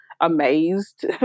amazed